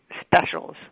specials